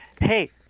hey